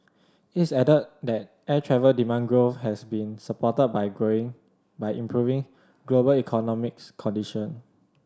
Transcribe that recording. it's added that air travel demand growth has been supported by growing by improving global economics condition